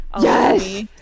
yes